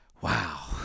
Wow